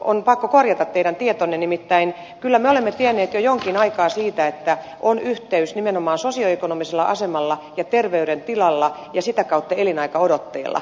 on pakko korjata teidän tietonne nimittäin kyllä me olemme tienneet jo jonkin aikaa siitä että on yhteys nimenomaan sosioekonomisella asemalla ja terveydentilalla ja sitä kautta elinaikaodotteella